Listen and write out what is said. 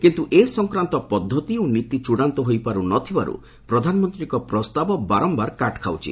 କିନ୍ତୁ ଏ ସଂକ୍ରାନ୍ତ ପଦ୍ଧତି ଓ ନୀତି ଚୂଡ଼ାନ୍ତ ହୋଇପାରୁ ନ ଥିବାରୁ ପ୍ରଧାନମନ୍ତ୍ରୀଙ୍କ ପ୍ରସ୍ତାବ ବାରମ୍ଭାର କାଟ୍ ଖାଉଛି